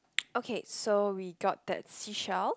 okay so we got that seashell